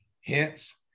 hence